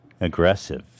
aggressive